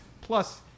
plus